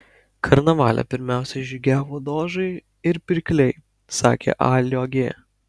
karnavale pirmiausiai žygiavo dožai ir pirkliai sakė a liogė